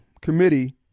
committee